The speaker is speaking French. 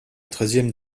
treizième